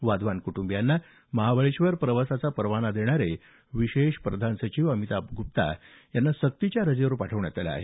वाधवान कुटुंबियांना महाबळेश्वर प्रवासाचा परवाना देणारे विशेष प्रधान सचिव अमिताभ गुप्ता यांना सक्तीच्या रजेवर पाठवण्यात आलं आहे